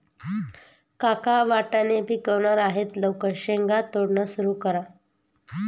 काका वाटाणे पिकणार आहे लवकर शेंगा तोडणं सुरू करा